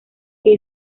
que